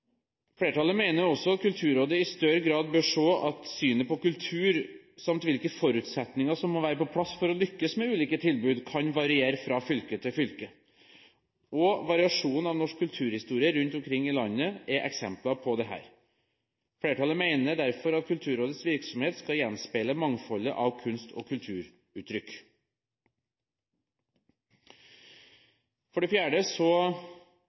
Flertallet mener også Kulturrådet i større grad bør se at synet på kultur samt hvilke forutsetninger som må være på plass for å lykkes med ulike tilbud, kan variere fra fylke til fylke. Variasjon av norsk kulturhistorie rundt omkring i landet er eksempler på dette. Flertallet mener derfor at Kulturrådets virksomhet skal gjenspeile mangfoldet av kunst- og kulturuttrykk. Flertallet viser til klageordningen, at det